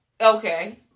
Okay